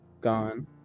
gone